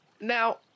now